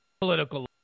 political